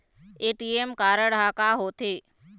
ATM card हा का होते?